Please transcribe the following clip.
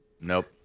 Nope